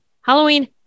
Halloween